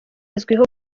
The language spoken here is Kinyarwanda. azwiho